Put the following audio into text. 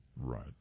Right